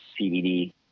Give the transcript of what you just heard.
CBD